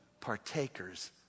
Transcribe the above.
partakers